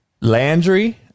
Landry